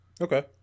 Okay